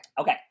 Okay